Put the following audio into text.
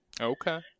Okay